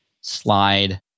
slide